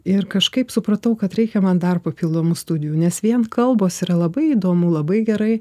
ir kažkaip supratau kad reikia man dar papildomų studijų nes vien kalbos yra labai įdomu labai gerai